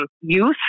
youth